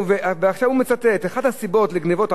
ועכשיו הוא מצטט: אחת הסיבות לגנבות הרכב הרבות,